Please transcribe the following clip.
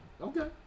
Okay